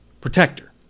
protector